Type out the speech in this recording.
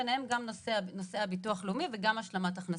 ביניהם נושא הביטוח הלאומי וגם השלמת הכנסה.